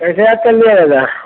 कैसे याद कर लिया दादा